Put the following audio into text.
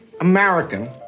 American